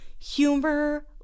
humor